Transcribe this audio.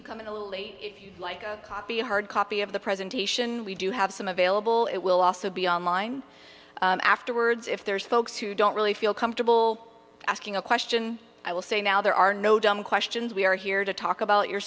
coming a little late like coffee hard copy of the presentation we do have some available it will also be online afterwards if there's folks who don't really feel comfortable asking a question i will say now there are no dumb questions we are here to talk about your